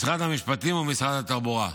משרד המשפטים ומשרד התחבורה.